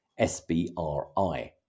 SBRI